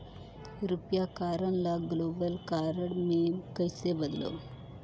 रुपिया कारड ल global card मे कइसे बदलव?